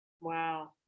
wow